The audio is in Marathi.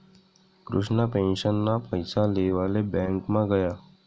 कृष्णा पेंशनना पैसा लेवाले ब्यांकमा गया